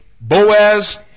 Boaz